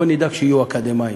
בואו נדאג שהם יהיו אקדמאים.